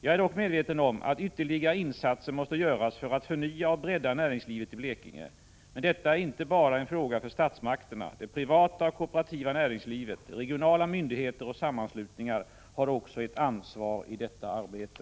Jag är dock medveten om att ytterligare insatser måste göras för att förnya och bredda näringslivet i Blekinge. Men detta är inte bara en fråga för statsmakterna. Det privata och kooperativa näringslivet, regionala myndigheter och sammanslutningar har också ett ansvar i detta arbete.